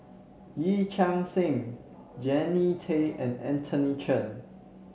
Yee Chia Hsing Jannie Tay and Anthony Chen